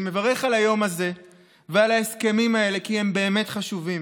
אני מברך על היום הזה ועל ההסכמים האלה כי הם באמת חשובים,